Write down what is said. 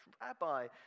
Rabbi